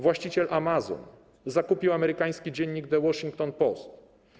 Właściciel Amazona zakupił amerykański dziennik „The Washington Post”